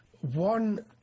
one